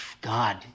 God